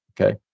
okay